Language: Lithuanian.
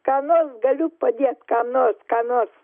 ką nors galiu padėt ką nors ką nors